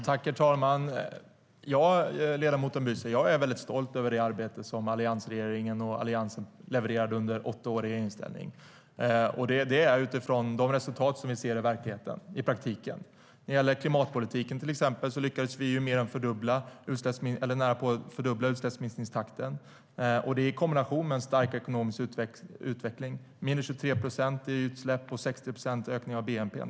Herr talman! Ja, ledamot Büser, jag är väldigt stolt över det arbete alliansregeringen och Alliansen levererade under åtta år i regeringsställning. Det är jag utifrån de resultat vi ser i verkligheten och i praktiken. När det till exempel gäller klimatpolitiken lyckades vi närapå fördubbla utsläppsminskningstakten, och det i kombination med en stark ekonomisk utveckling. Det blev minus 23 procent i utsläpp och 60 procents ökning av bnp:n.